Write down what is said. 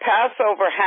Passover